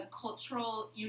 cultural